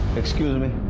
excuse me.